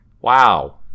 Wow